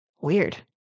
Weird